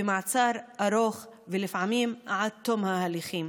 במעצר ארוך ולפעמים עד תום ההליכים